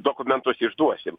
dokumentus išduosim